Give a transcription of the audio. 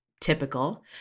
typical